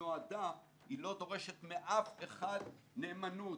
לא דורשת מאף אחד נאמנות,